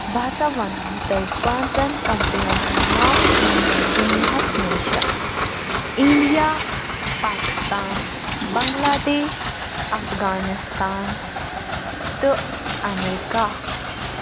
بہٕ ہسا وَنہو تۄہہِ پانٛژن کَنٹرین ہٕنٛدۍ ناو یِم زَن دُنیاہَس منٛز چھِ اِنٛڈیا پاکِستان بَنگلادیش اَفغانِستان تہٕ امریکہ